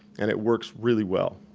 and it works really well.